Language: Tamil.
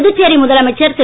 புதுச்சேரிமுதலமைச்சர்திரு